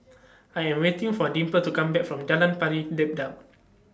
I Am waiting For Dimple to Come Back from Jalan Pari